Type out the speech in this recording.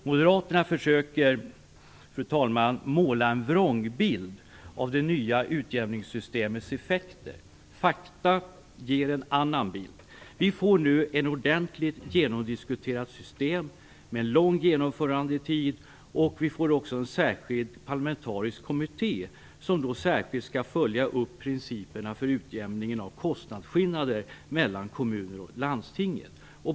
Moderaterna försöker måla en vrångbild av det nya utjämningssystemets effekter. Fakta ger en annan bild. Vi får nu ett ordentligt genomdiskuterat system med en lång genomförandetid. Vi får också en särskild parlamentarisk kommitté som särskilt skall följa upp principerna för utjämningen av kostnadsskillnader mellan kommuner och landsting.